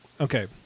Okay